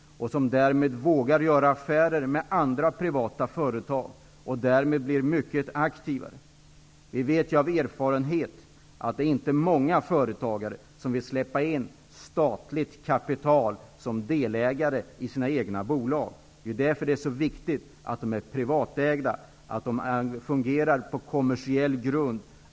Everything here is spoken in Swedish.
Därmed vågar de att göra affärer med andra privata företag och bli mycket aktivare. Vi vet av erfarenhet att det inte är många företagare som vill släppa in statligt kapital som delägare i sina egna bolag. Det är därför det är så viktigt att riskkapitalbolagen är privatägda och fungerar på kommersiell grund.